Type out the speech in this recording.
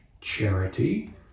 charity